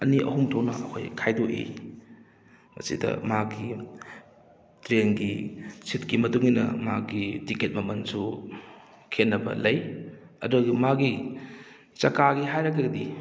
ꯑꯅꯤ ꯑꯍꯨꯝ ꯊꯣꯛꯅ ꯑꯩꯈꯣꯏ ꯈꯥꯏꯗꯣꯛꯏ ꯃꯁꯤꯗ ꯃꯥꯒꯤ ꯇ꯭ꯔꯦꯟꯒꯤ ꯁꯤꯠꯀꯤ ꯃꯇꯨꯡ ꯏꯟꯅ ꯃꯥꯒꯤ ꯇꯤꯛꯀꯦꯠ ꯃꯃꯟꯁꯨ ꯈꯦꯠꯅꯕ ꯂꯩ ꯑꯗꯨꯒꯤ ꯃꯥꯒꯤ ꯆꯀꯥꯒꯤ ꯍꯥꯏꯔꯒꯗꯤ